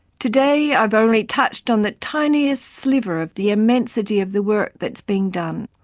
today i've only touched on the tiniest sliver of the immensity of the work that is being done.